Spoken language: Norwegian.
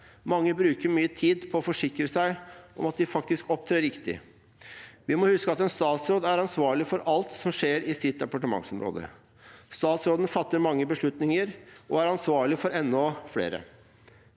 Mange bruker mye tid på å forsikre seg om at de faktisk opptrer riktig. Vi må huske at en statsråd er ansvarlig for alt som skjer på sitt departements område. Statsråden fatter mange beslutninger og er ansvarlig for enda flere.